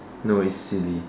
no it's silly